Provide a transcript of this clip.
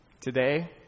Today